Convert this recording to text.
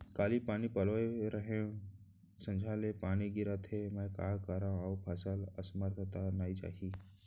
काली पानी पलोय रहेंव, संझा ले पानी गिरत हे, मैं का करंव अऊ फसल असमर्थ त नई जाही?